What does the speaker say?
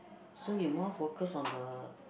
so you more focus on the